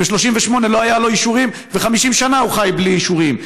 שב-1938 לא היו לו אישורים ו-50 שנה הוא חי בלי אישורים.